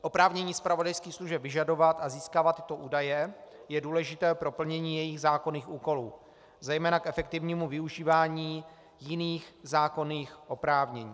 Oprávnění zpravodajských služeb vyžadovat a získávat tyto údaje je důležité pro plnění jejich zákonných úkolů, zejména k efektivnímu využívání jiných zákonných oprávnění.